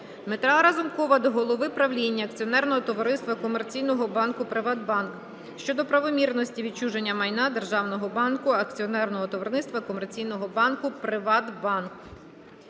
Дмитра Разумкова до голови правління акціонерного товариства комерційного банку "ПриватБанк" щодо правомірності відчуження майна державного банку акціонерного товариства комерційного банку "ПриватБанк".